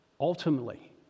Ultimately